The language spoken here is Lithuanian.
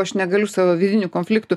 aš negaliu savo vidinių konfliktų